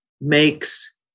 makes